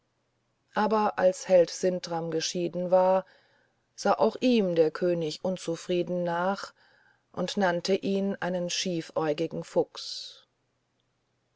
aber als held sintram geschieden war sah auch ihm der könig unzufrieden nach und nannte ihn einen schiefäugigen fuchs